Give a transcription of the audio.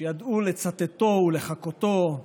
שידעו לצטטו ולחקותו,